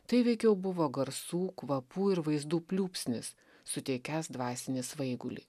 tai veikiau buvo garsų kvapų ir vaizdų pliūpsnis suteikiąs dvasinį svaigulį